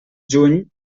juny